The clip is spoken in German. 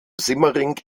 simmering